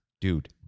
Dude